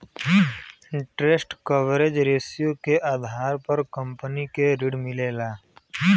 interest coverage ratio के आधार पर कंपनी के ऋण मिलला